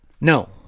No